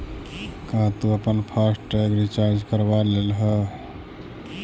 का तु अपन फास्ट टैग रिचार्ज करवा लेले हे?